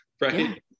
right